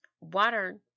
water